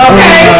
Okay